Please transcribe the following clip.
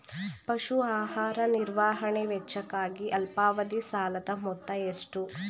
ಪಶು ಆಹಾರ ನಿರ್ವಹಣೆ ವೆಚ್ಚಕ್ಕಾಗಿ ಅಲ್ಪಾವಧಿ ಸಾಲದ ಮೊತ್ತ ಎಷ್ಟು?